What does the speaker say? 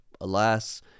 alas